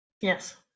yes